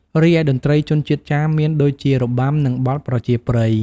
រីឯតន្ត្រីជនជាតិចាមមានដូចជារបាំ និងបទប្រជាប្រិយ។